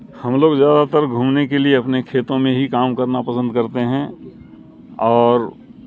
ہم لوگ زیادہ تر گھومنے کے لیے اپنے کھیتوں میں ہی کام کرنا پسند کرتے ہیں اور